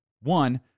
One